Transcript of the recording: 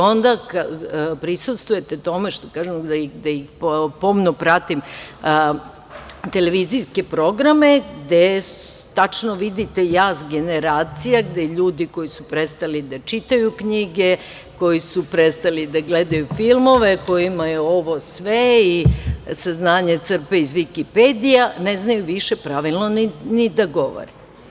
Onda prisustvujete tome, pošto kažem da pomno pratim televizijske programe gde tačno vidite jaz generacija gde ljudi koji su prestali da čitaju knjige, koji su prestali da gledaju filmove, koji svo saznanje crpe iz Vikipedija, ne znaju više pravilno ni da govore.